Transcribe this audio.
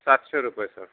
सातशे रुपये सर